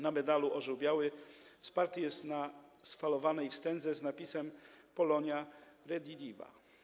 Na medalu orzeł biały wsparty jest na sfalowanej wstędze z napisem „Polonia Rediviva”